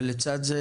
ולצד זה